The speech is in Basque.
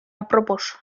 apropos